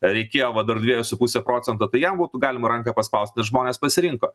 reikėjo va dar dviejų su puse procento tai jam būtų galima ranką paspaust bet žmonės pasirinko